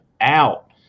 out